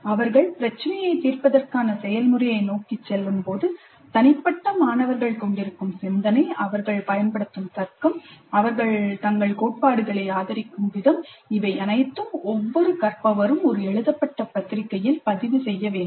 அவர்கள் பிரச்சினையைத் தீர்ப்பதற்கான செயல்முறையை நோக்கிச் செல்லும்போது தனிப்பட்ட மாணவர்கள் கொண்டிருக்கும் சிந்தனை அவர்கள் பயன்படுத்தும் தர்க்கம் அவர்கள் தங்கள் கோட்பாடுகளை ஆதரிக்கும் விதம் இவை அனைத்தும் ஒவ்வொரு கற்பவரும் ஒரு எழுதப்பட்ட பத்திரிகையில் பதிவு செய்ய வேண்டும்